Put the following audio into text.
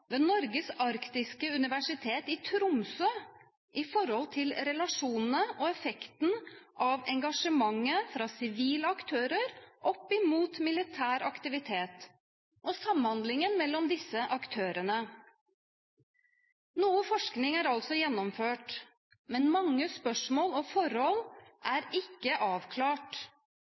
ved Norges arktiske universitet i Tromsø på relasjonene og effektene av engasjementet fra sivile aktører opp mot militær aktivitet og samhandlingen mellom disse aktørene. Noe forskning er altså gjennomført, men mange spørsmål og forhold er ikke avklart.